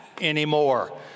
anymore